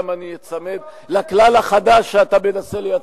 גם אני אצמד לכלל החדש שאתה מנסה לייצר.